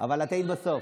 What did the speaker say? אבל את היית בסוף.